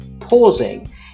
pausing